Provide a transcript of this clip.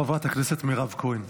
חברת הכנסת מירב כהן.